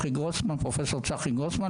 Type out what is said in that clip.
פרופסור צחי גרוסמן,